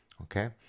Okay